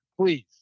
please